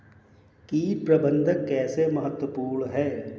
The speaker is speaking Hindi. कीट प्रबंधन कैसे महत्वपूर्ण है?